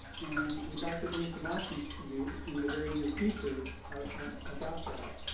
and we'd like to bring some options to you in the very near future about that.